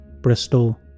Bristol